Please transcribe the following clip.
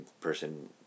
person